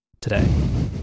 today